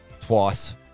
twice